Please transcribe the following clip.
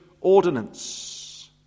ordinance